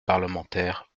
parlementaires